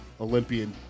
Olympian